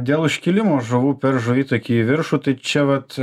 dėl iškilimo žuvų per žuvitakį į viršų tai čia vat